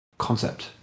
concept